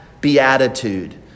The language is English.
beatitude